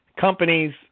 Companies